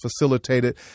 facilitated